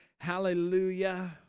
Hallelujah